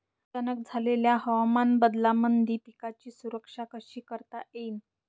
अचानक झालेल्या हवामान बदलामंदी पिकाची सुरक्षा कशी करता येईन?